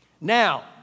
Now